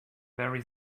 very